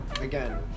again